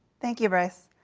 thank you, bryce.